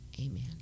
amen